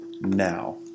now